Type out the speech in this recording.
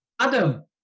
Adam